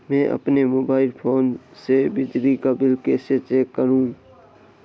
मैं अपने mobile phone से बिजली का बिल कैसे चेक करूं?